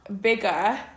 bigger